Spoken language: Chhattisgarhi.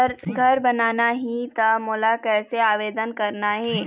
घर बनाना ही त मोला कैसे आवेदन करना हे?